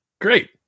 Great